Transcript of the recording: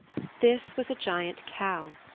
this was a giant cow.